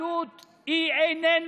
בזכותך היא מדברת.